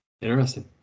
Interesting